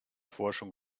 forschung